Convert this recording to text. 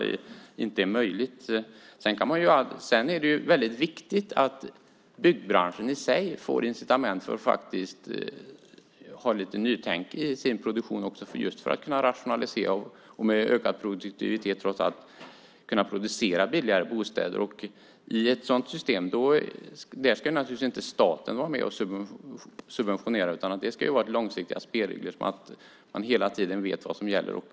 Sedan är det väldigt viktigt att byggbranschen i sig får incitament för att faktiskt ha lite nytänk i sin produktion, just för att man ska kunna rationalisera och med ökad produktivitet, trots allt, kunna producera billigare bostäder. I ett sådant system ska naturligtvis inte staten vara med och subventionera, utan det ska vara långsiktiga spelregler så att man hela tiden vet vad som gäller.